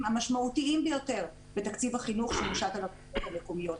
המשמעותיים ביותר התקציב שהושת על הרשויות המקומיות.